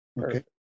okay